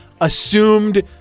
assumed